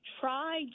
try